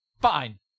Fine